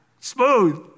smooth